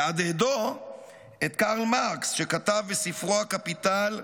בהדהדו את קרל מרקס, שכתב בספרו "הקפיטל"